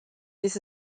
this